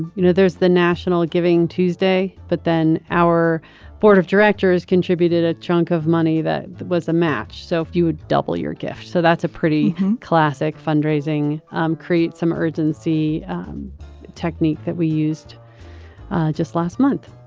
you know, there's the national giving tuesday. but then our board of directors contributed a chunk of money that was a match. so if you would double your gift. so that's a pretty classic fundraising um create some urgency technique that we used just last month